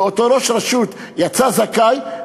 ואותו ראש רשות יצא זכאי,